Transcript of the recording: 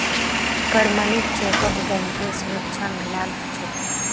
प्रमणित चेकक बैंकेर सुरक्षा मिलाल ह छे